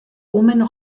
oomen